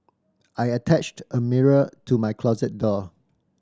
I attached a mirror to my closet door